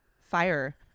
fire